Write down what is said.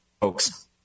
folks